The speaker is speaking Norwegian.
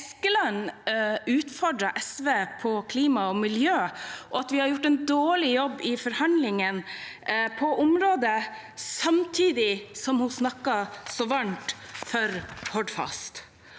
Eskeland utfordrer SV på klima og miljø, og at vi har gjort en dårlig jobb i forhandlingene på området, samtidig som hun snakker så varmt for Hordfast.